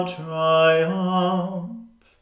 triumph